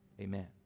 Amen